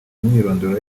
imyirondoro